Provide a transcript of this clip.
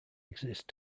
exist